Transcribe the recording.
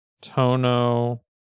Tono